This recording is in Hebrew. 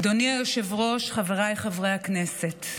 אדוני היושב-ראש, חבריי חברי הכנסת,